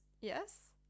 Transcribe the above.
yes